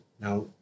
Now